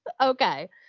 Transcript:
Okay